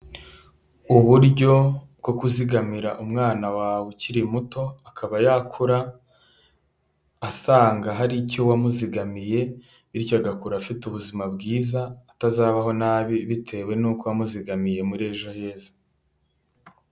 Uburyo bwo kuzigamira umwana wawe ukiri muto, akaba yakura asanga hari icyo wamuzigamiye, bityo agakura afite ubuzima bwiza, atazabaho nabi, bitewe n'uko wamuzigamiye muri ejo heza.